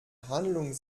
handlung